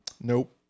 Nope